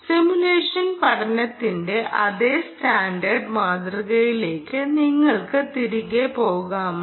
simulation പഠനത്തിന്റെ അതേ standard മാതൃകയിലേക്ക് നിങ്ങൾക്ക് തിരികെ പോകാമോ